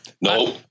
No